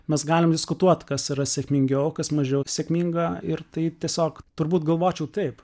mes galim diskutuot kas yra sėkmingiau kas mažiau sėkminga ir tai tiesiog turbūt galvočiau taip